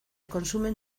consumen